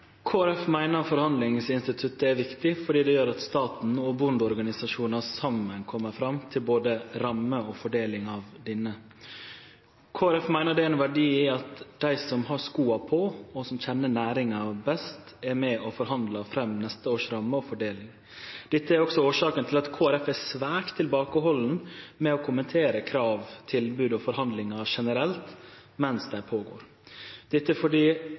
Folkeparti meiner forhandlingsinstituttet er viktig fordi det gjer at staten og bondeorganisasjonar saman kjem fram til både ramme og fordeling av denne. Kristeleg Folkeparti meiner det er ein verdi at dei som har skoa på, og som kjenner næringa best, er med og forhandlar fram neste års ramme og fordeling. Dette er også årsaka til at Kristeleg Folkeparti er svært tilbakehaldne med å kommentere krav, tilbod og forhandlingar generelt mens dei er i gang. Det er fordi